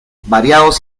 variados